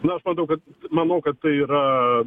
na aš matau kad manau kad tai yra